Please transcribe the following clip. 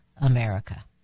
America